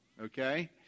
Okay